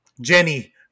Jenny